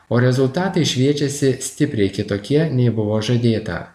o rezultatai šviečiasi stipriai kitokie nei buvo žadėta